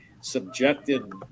subjected